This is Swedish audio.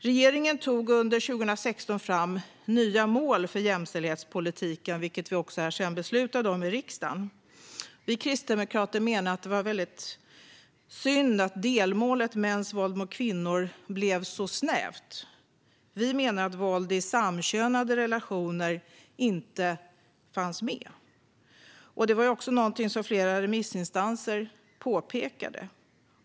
Regeringen tog under 2016 fram nya mål för jämställdhetspolitiken, vilka vi sedan beslutade om i riksdagen. Vi kristdemokrater menade att det var synd att delmålet Mäns våld mot kvinnor blev så snävt. Vi menar att våld i samkönade relationer inte fanns med. Det var också något som flera remissinstanser påpekade.